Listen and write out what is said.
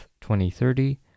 2030